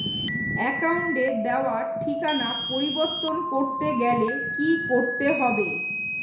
অ্যাকাউন্টে দেওয়া ঠিকানা পরিবর্তন করতে গেলে কি করতে হবে?